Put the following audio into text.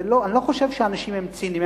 אני לא חושב שהאנשים הם ציניים.